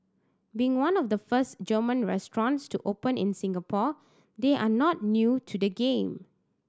being one of the first German restaurants to open in Singapore they are not new to the game